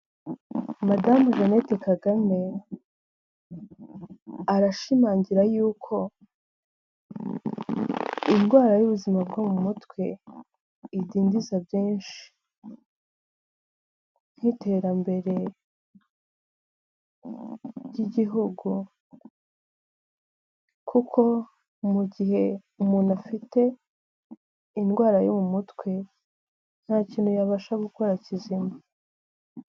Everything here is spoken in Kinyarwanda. Madamu Jeannette Kagame arashimangira yuko indwara y'ubuzima bwo mu mutwe indindiza byinshi, nk'iterambere ry'igihugu kuko mu gihe umuntu afite indwara yo mu mutwe nta kintu yabasha gukora kizima.